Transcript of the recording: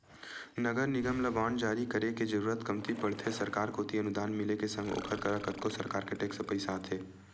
नगर निगम ल बांड जारी करे के जरुरत कमती पड़थे सरकार कोती अनुदान मिले के संग ओखर करा कतको परकार के टेक्स पइसा आथे